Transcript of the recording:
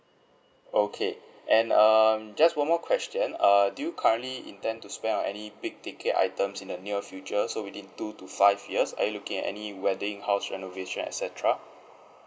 okay and um just one more question err do you currently intend to spend on any big ticket items in the near future so within two to five years are you looking at any wedding house renovation et cetera